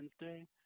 Wednesday